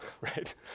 right